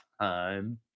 time